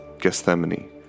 Gethsemane